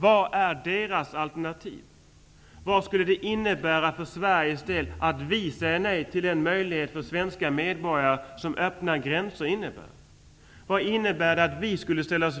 Vad är deras alternativ? Vad skulle det innebära för Sveriges del att vi säger nej till den möjlighet för svenska medborgare som öppna gränser innebär? Vad innebär det att vi skulle ställa oss